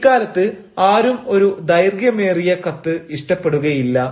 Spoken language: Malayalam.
ഇക്കാലത്ത് ആരും ഒരു ദൈർഘ്യമേറിയ കത്ത് ഇഷ്ടപ്പെടുകയില്ല